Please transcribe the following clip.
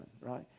right